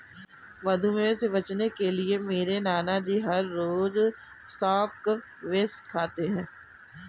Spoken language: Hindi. मधुमेह से बचने के लिए मेरे नानाजी हर रोज स्क्वैश खाते हैं